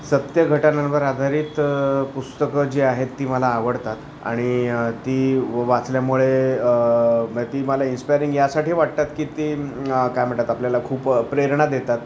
सत्यघटनांवर आधारित पुस्तकं जी आहेत ती मला आवडतात आणि ती व वाचल्यामुळे म्हणजे ती मला इन्स्पायरिंग यासाठी वाटतात की ती काय म्हणतात आपल्याला खूप प्रेरणा देतात